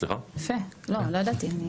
יפה לא ידעתי.